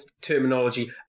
terminology